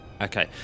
Okay